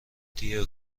دیه